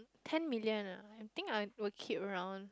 ten million ah I think I will keep around